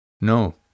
No